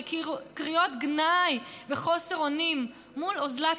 על קריאות גנאי וחוסר אונים מול אוזלת